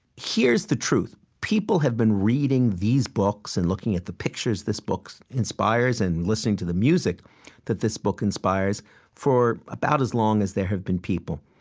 here's the truth. people have been reading these books and looking at the pictures this book inspires and listening to the music that this book inspires for about as long as there have been people.